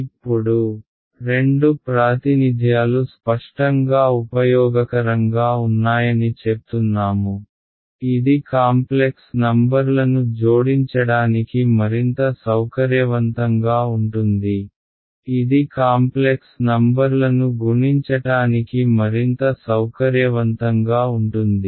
ఇప్పుడురెండు ప్రాతినిధ్యాలు స్పష్టంగా ఉపయోగకరంగా ఉన్నాయని చెప్తున్నాము ఇది కాంప్లెక్స్ నంబర్లను జోడించడానికి మరింత సౌకర్యవంతంగా ఉంటుంది ఇది కాంప్లెక్స్ నంబర్లను గుణించటానికి మరింత సౌకర్యవంతంగా ఉంటుంది